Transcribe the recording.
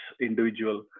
individual